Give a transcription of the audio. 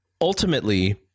ultimately